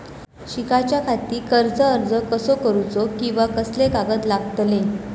शिकाच्याखाती कर्ज अर्ज कसो करुचो कीवा कसले कागद लागतले?